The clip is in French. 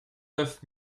neuf